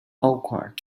awkward